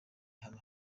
hano